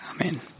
Amen